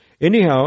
Anyhow